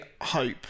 hope